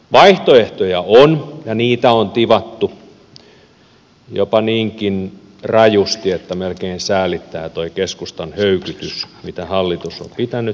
vaihtoehtoja on ja niitä on tivattu jopa niinkin rajusti että melkein säälittää tuo keskustan höykytys mitä hallitus on pitänyt